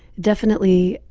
definitely,